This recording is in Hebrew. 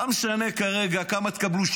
לא משנה כרגע כמה תקבלו,